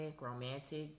romantic